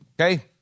Okay